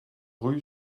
rue